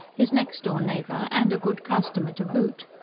his next-door neighbour, and a good customer to boot?